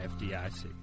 FDIC